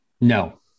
No